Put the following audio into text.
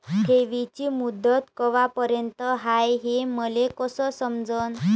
ठेवीची मुदत कवापर्यंत हाय हे मले कस समजन?